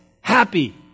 happy